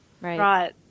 Right